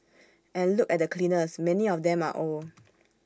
and look at the cleaners many of them are old